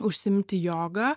užsiimti joga